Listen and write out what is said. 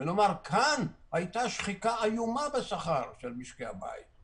ונאמר: כאן הייתה שחיקה איומה בשכר של משקי הבית,